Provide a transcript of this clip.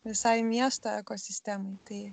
visai miesto ekosistemai tai